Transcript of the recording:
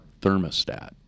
thermostat